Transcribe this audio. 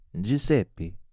Giuseppe